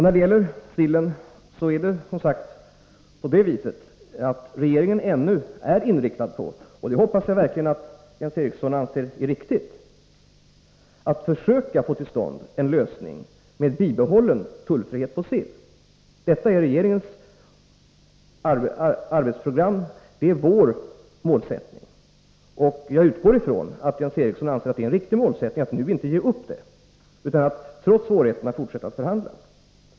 När det gäller sillen är regeringens arbete, som sagt, fortfarande inriktat på — och jag hoppas verkligen att Jens Eriksson anser det vara riktigt — att försöka få till stånd en lösning som innebär bibehållen tullfrihet för sill. Detta är regeringens arbetsprogram, det är vår målsättning. Jag utgår från att Jens Eriksson anser att det är riktigt att nu inte ge upp det målet, utan att vi, trots svårigheterna, bör fortsätta att förhandla.